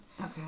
Okay